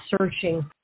searching